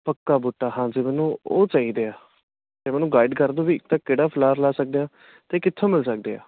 ਪੱਕਾ ਬੂਟਾ ਹਾਂਜੀ ਮੈਨੂੰ ਉਹ ਚਾਹੀਦੇ ਆ ਅਤੇ ਮੈਨੂੰ ਗਾਈਡ ਕਰਦੋ ਵੀ ਇੱਕ ਤਾਂ ਕਿਹੜਾ ਫਲਾਰ ਲਾ ਸਕਦੇ ਹਾਂ ਅਤੇ ਕਿੱਥੋਂ ਮਿਲ ਸਕਦੇ ਆ